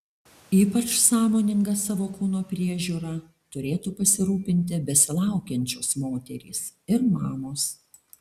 ypač sąmoninga savo kūno priežiūra turėtų pasirūpinti besilaukiančios moterys ir mamos